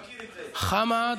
חמד.